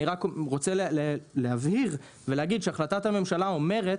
אני רק רוצה להבהיר ולהגיד שהחלטת הממשלה אומרת